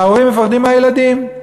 ההורים מפחדים מהילדים,